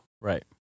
Right